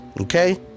Okay